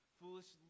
foolish